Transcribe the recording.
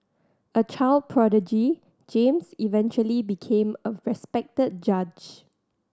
a child prodigy James eventually became a respected judge